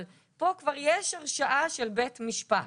אבל פה כבר יש הרשעה של בית משפט,